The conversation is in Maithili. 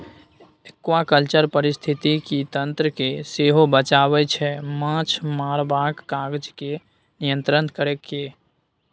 एक्वाकल्चर पारिस्थितिकी तंत्र केँ सेहो बचाबै छै माछ मारबाक काज केँ नियंत्रित कए